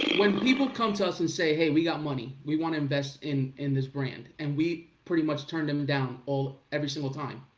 when people come to us and say, hey, we got money. we wanna invest in in this brand, and we pretty much turned them down every single time.